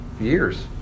years